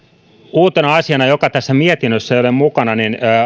uutena asiana joka tässä mietinnössä ei ole mukana